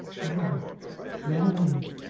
o marion!